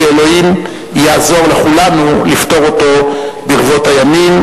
שאלוהים יעזור לכולנו לפתור אותו ברבות הימים.